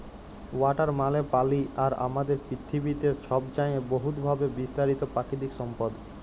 water মালে পালি আর আমাদের পিথিবীতে ছবচাঁয়ে বহুতভাবে বিস্তারিত পাকিতিক সম্পদ